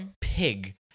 pig